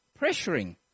pressuring